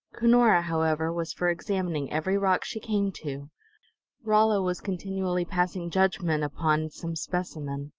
cunora, however, was for examining every rock she came to rolla was continually passing judgment upon some specimen.